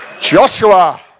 Joshua